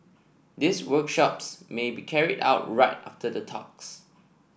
these workshops may be carried out right after the talks